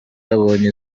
yabonye